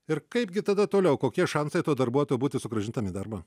ir kaipgi tada toliau kokie šansai to darbuotojo būti sugrąžintam į darbą